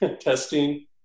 testing